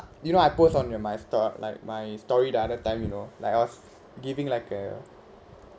you know I post on your my stor~ like my story the other time you know like I was giving like a